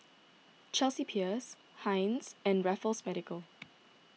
Chelsea Peers Heinz and Raffles Medical